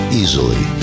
easily